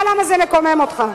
אני מבינה למה זה מקומם אותך.